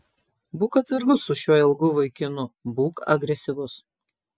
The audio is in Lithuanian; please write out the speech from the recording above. būk atsargus su šiuo ilgu vaikinu būk agresyvus